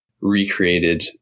recreated